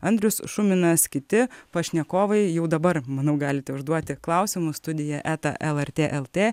andrius šuminas kiti pašnekovai jau dabar manau galite užduoti klausimų studija eta lrt lt